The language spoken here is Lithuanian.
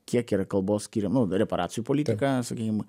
kiek yra kalbos skiriam nu reparacijų politika sakykim